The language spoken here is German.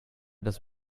das